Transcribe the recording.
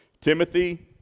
Timothy